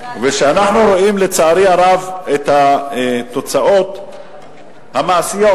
וכשאנחנו רואים, לצערי הרב, את התוצאות המעשיות,